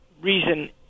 reason